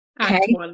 Okay